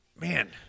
Man